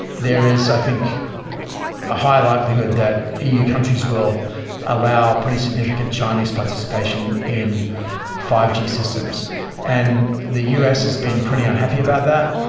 there is i think a high likelihood that eu countries will allow pretty significant chinese participation in five g systems and the u s. has been pretty unhappy about that.